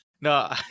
no